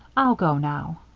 i'll go now.